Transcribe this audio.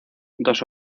dos